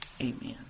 Amen